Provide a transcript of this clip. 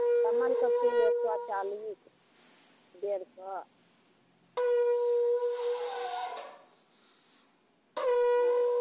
कमलके फूल एक सए चालीस डेढ़ सए हॅं